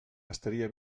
estaria